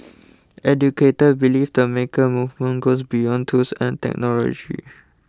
educators believe the maker movement goes beyond tools and technology